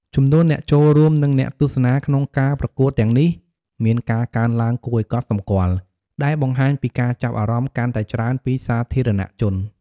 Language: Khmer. ចំនួនអ្នកចូលរួម និងអ្នកទស្សនាក្នុងការប្រកួតទាំងនេះមានការកើនឡើងគួរឱ្យកត់សម្គាល់ ដែលបង្ហាញពីការចាប់អារម្មណ៍កាន់តែច្រើនពីសាធារណជន។